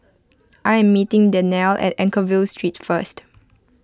I am meeting Danniel at Anchorvale Street first